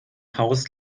haus